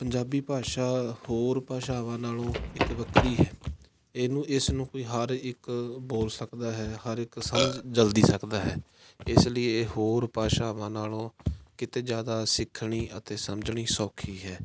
ਪੰਜਾਬੀ ਭਾਸ਼ਾ ਹੋਰ ਭਾਸ਼ਾਵਾਂ ਨਾਲੋਂ ਇੱਕ ਵੱਖਰੀ ਹੈ ਇਹਨੂੰ ਇਸ ਨੂੰ ਕੋਈ ਹਰ ਇੱਕ ਬੋਲ ਸਕਦਾ ਹੈ ਹਰ ਇੱਕ ਸਮਝ ਜਲਦੀ ਸਕਦਾ ਹੈ ਇਸ ਲਈ ਇਹ ਹੋਰ ਭਾਸ਼ਾਵਾਂ ਨਾਲੋਂ ਕਿਤੇ ਜ਼ਿਆਦਾ ਸਿੱਖਣੀ ਅਤੇ ਸਮਝਣੀ ਸੌਖੀ ਹੈ